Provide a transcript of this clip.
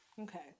Okay